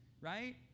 Right